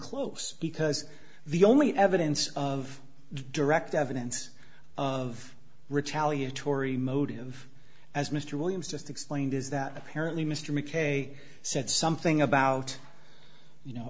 close because the only evidence of direct evidence of retaliatory motive as mr williams just explained is that apparently mr mckay said something about you know